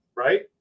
Right